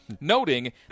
noting